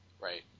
Right